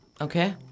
Okay